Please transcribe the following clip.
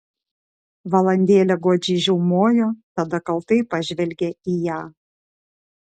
valandėlę godžiai žiaumojo tada kaltai pažvelgė į ją